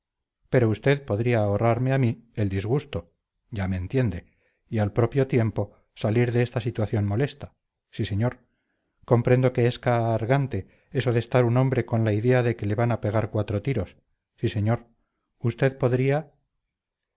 pero usted podría ahorrarme a mí el disgusto ya me entiende y al propio tiempo salir de esta situación molesta sí señor comprendo que es car gante eso de estar un hombre con la idea de que le van a pegar cuatro tiros sí señor usted podría